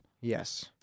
Yes